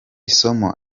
somo